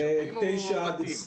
תושבים או בתים?